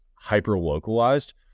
hyper-localized